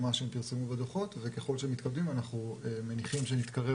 ממה שהן פירסמו בדו"חות וככל שמתקדמים אנחנו מניחים שנתקרב